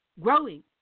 growing